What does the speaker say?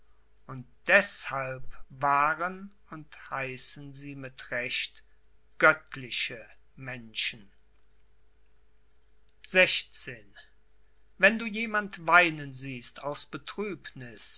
und deßhalb waren und hießen sie mit recht göttliche menschen spare das mitleiden xvi wenn du jemand weinen siehst aus betrübniß